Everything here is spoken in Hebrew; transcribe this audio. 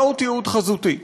מהו תיעוד חזותי?